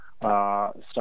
start